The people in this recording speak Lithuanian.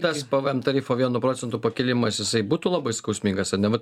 tas pvm tarifo vienu procentu pakėlimas jisai būtų labai skausmingas ar ne vat